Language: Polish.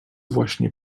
właśnie